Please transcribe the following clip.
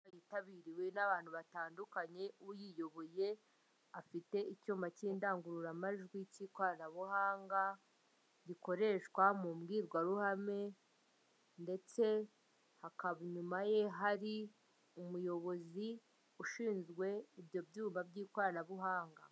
Kandi yitabiriwe n'abantu batandukanye uyiyoboye afite icyuma cy'indangururamajwi cy'ikoranabuhanga gikoreshwa mu mbwirwaruhame ndetse hakaba inyuma ye hari umuyobozi ushinzwe ibyo byuma by'ikoranabuhanga.